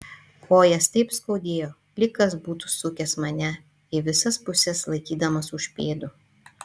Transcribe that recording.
kojas taip skaudėjo lyg kas būtų sukęs mane į visas puses laikydamas už pėdų